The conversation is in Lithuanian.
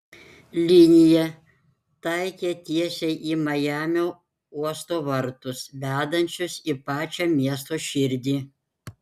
linija taikė tiesiai į majamio uosto vartus vedančius į pačią miesto širdį